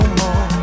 more